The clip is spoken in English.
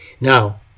Now